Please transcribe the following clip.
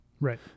Right